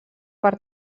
per